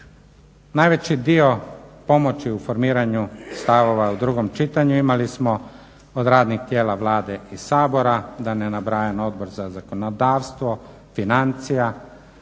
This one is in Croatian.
Najveći dio pomoći u formiranju stavova u drugom čitanju imali smo od radnih tijela Vlade i Sabora, da ne nabrajam Odbor za zakonodavstvo, financije